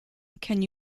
can